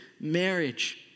marriage